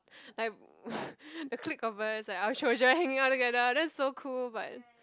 like the clique of us our children hanging out together that's so cool but